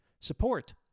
support